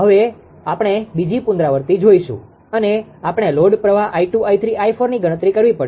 હવે આપણે બીજી પુનરાવૃતિ જોઈશું અને આપણે લોડ પ્રવાહ 𝑖2 𝑖3 𝑖4 ની ગણતરી કરવી પડશે